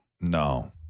No